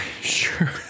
Sure